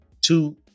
two